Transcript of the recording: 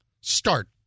Start